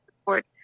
support